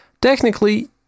technically